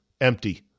empty